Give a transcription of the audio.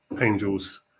angels